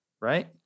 right